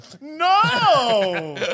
No